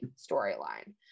storyline